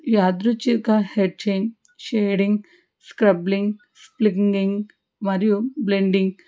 యాదృచ్ఛిక hatching shading scribbling slimming మరియు bending